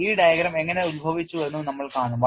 ഈ ഡയഗ്രം എങ്ങനെ ഉത്ഭവിച്ചുവെന്നും നമ്മൾ കാണും